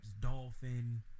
dolphin